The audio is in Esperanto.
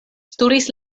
studis